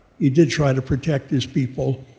he did try to protect his people.